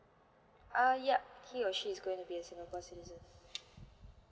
ah yup he or she is going to be a singapore citizen